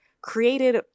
created